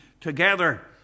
together